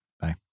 Bye